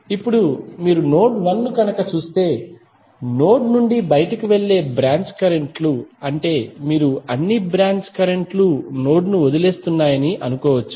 ఇప్పుడు మీరు నోడ్ 1 ను కనుక చూస్తే నోడ్ నుండి బయటికి వెళ్ళే అన్ని బ్రాంచ్ కరెంట్ లు అంటే మీరు అన్ని బ్రాంచ్ కరెంట్ లు నోడ్ ను వదిలివేస్తున్నాయని అనుకోవచ్చు